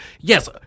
yes